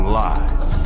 lies